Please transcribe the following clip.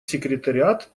секретариат